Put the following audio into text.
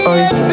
Eyes